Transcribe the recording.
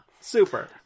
super